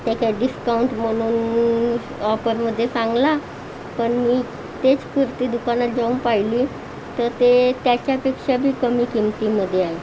त्याच्या डिस्काउंट म्हणून ऑफरमधे चांगला पण मी तेच कुर्ती दुकानात जाऊन पाहिली तर ते त्याच्यापेक्षा बी कमी किमतीमध्ये आहे